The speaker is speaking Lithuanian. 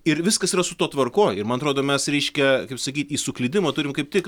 ir viskas yra su tuo tvarkoj ir man atrodo mes reiškia kaip sakyt į suklydimą turim kaip tik